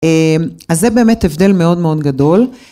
אז זה באמת הבדל מאוד מאוד גדול.